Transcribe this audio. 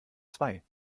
zwei